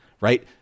right